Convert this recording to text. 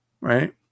right